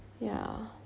ya